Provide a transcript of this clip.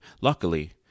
Luckily